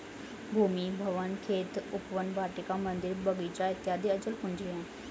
भूमि, भवन, खेत, उपवन, वाटिका, मन्दिर, बगीचा इत्यादि अचल पूंजी है